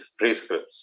prescripts